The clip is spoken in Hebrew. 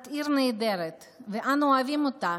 את עיר נהדרת ואנו אוהבים אותך.